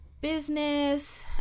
business